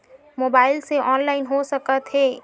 Mobile से online हो सकत हे?